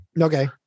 Okay